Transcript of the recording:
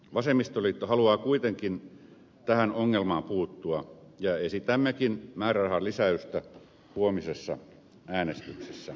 vasemmistoliitto haluaa kuitenkin tähän ongelmaan puuttua ja esitämmekin määrärahan lisäystä huomisessa äänestyksessä